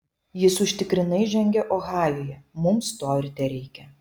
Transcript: jis užtikrinai žengia ohajuje mums to ir tereikia